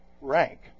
rank